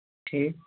ٹھیٖک